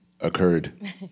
occurred